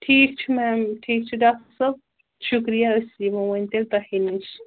ٹھیٖک چھِ میم ٹھیٖک چھِ ڈاکٹر صٲب شُکریہ أسۍ یِمو وۄنۍ تیٚلہِ توہی نِش